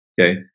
Okay